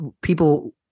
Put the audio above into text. people